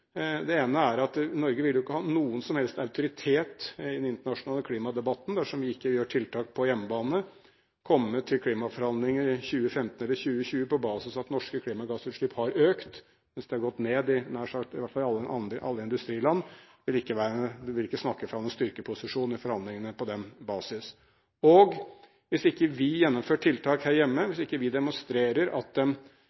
Det ene er at Norge vil ikke ha noe som helst autoritet i den internasjonale klimadebatten dersom vi ikke gjør tiltak på hjemmebane. Å komme til klimaforhandlingene i 2015 eller 2020 på basis av at norske klimagassutslipp har økt mens det har gått ned i nær sagt alle andre industriland, ville vi ikke på denne basis snakket fra noen styrket posisjon i forhandlingene. Hvis ikke vi gjennomfører tiltak her hjemme, og hvis ikke vi